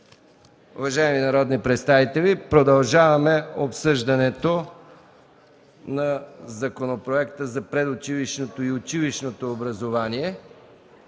Уважаеми народни представители, продължаваме обсъждането на Законопроекта за предучилищното и училищното образование.